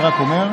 הצבעה.